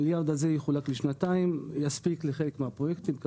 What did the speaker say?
המיליארד הזה יחולק לשנתיים ויספיק לחלק מהפרויקטים.